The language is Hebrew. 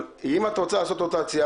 אבל אם את רוצה לעשות רוטציה,